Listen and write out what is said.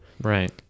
Right